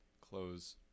close